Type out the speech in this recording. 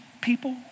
people